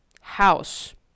House